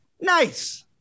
nice